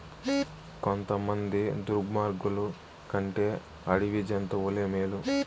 కొంతమంది దుర్మార్గులు కంటే అడవి జంతువులే మేలు